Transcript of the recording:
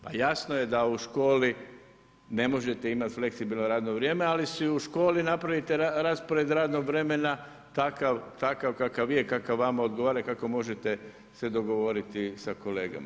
Pa jasno je da u školi ne možete imati fleksibilno radno vrijeme, ali si u školi napravite raspored radnog vremena takav kakav je, kakav vama odgovara i kako se možete dogovoriti sa kolegama.